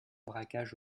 braquage